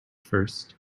first